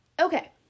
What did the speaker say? Okay